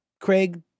craig